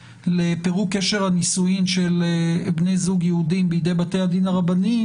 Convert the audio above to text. לפירוק קשר הנישואין של בני זוג יהודים בידי בתי הדין הרבניים,